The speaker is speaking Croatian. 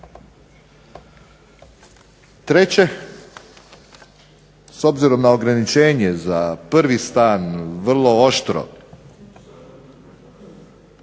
Treće, s obzirom na ograničenje za prvi stan, vrlo oštro,